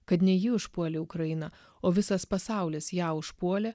kad ne ji užpuolė ukrainą o visas pasaulis ją užpuolė